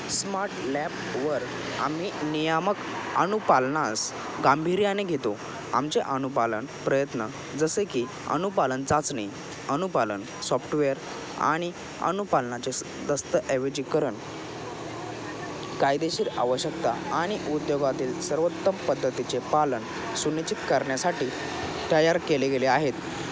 smart लॅबवर आम्ही नियामक अनुपालनास गांभीर्याने घेतो आमचे अनुपालन प्रयत्न जसे की अनुपालन चाचणी अनुपालन सॉफ्टवेअर आणि अनुपालनाचे दस्तऐवजीकरण कायदेशीर आवश्यकता आणि उद्योगातील सर्वोत्तम पद्धतीचे पालन सुनिश्चित करण्यासाठी तयार केले गेले आहेत